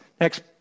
Next